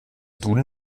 duden